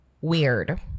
weird